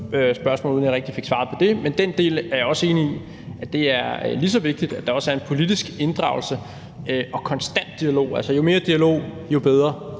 spørgsmål, uden at jeg rigtig fik svaret på det. Men den del er jeg også enig i. Det er lige så vigtigt, at der også er en politisk inddragelse og konstant dialog. Altså, jo mere dialog, jo bedre.